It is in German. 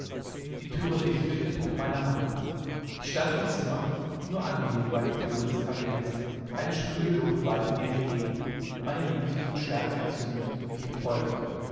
die türe wich durch den druck meiner hand ich stand im zimmer nur angelehnt war die türe des kabinetts eine schwüle luft wallte mir entgegen meine liebesglut stärker entzündend mich betäubend